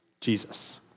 Jesus